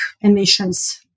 emissions